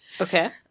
Okay